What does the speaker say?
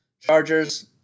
Chargers